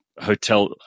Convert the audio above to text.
hotel